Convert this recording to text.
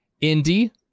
Indy